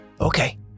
Okay